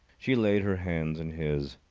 she laid her hands in his.